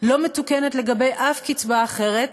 לא מתוקנת לגבי שום קצבה אחרת,